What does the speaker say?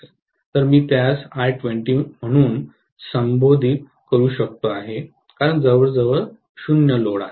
तर मी त्यास I20 म्हणून संबोधित करू शकतो आहे कारण जवळजवळ 0 लोड आहे